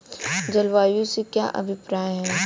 जलवायु से क्या अभिप्राय है?